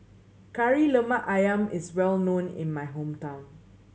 Kari Lemak Ayam is well known in my hometown